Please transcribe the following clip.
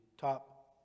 top